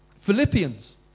Philippians